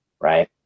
right